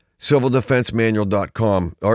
Civildefensemanual.com